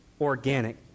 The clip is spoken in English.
organic